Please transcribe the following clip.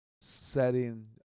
setting